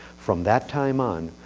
from that time on,